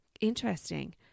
interesting